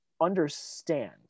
understand